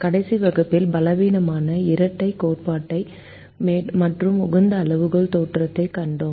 கடைசி வகுப்பில் பலவீனமான இரட்டைக் கோட்பாடு மற்றும் உகந்த அளவுகோல் தேற்றத்தைக் கண்டோம்